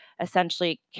essentially